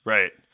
Right